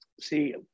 See